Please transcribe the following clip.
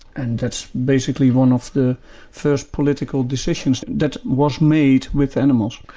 and that's basically one of the first political decisions that was made with animals.